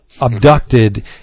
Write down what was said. abducted